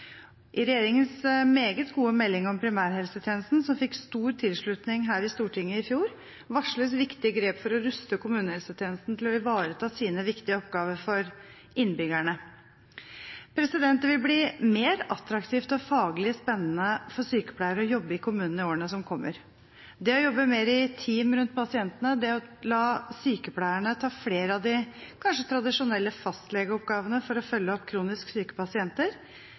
I regjeringens meget gode melding om primærhelsetjenesten, som fikk stor tilslutning her i Stortinget i fjor, varsles viktige grep for å ruste kommunehelsetjenesten til å ivareta sine viktige oppgaver for innbyggerne. Det vil bli mer attraktivt og faglig spennende for sykepleiere å jobbe i kommunene i årene som kommer. Det å jobbe mer i team rundt pasientene, og det å la sykepleiere ta flere av de kanskje tradisjonelle fastlegeoppgavene for å følge opp kronisk syke pasienter,